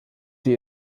die